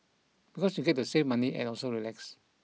because you get to save money and also relax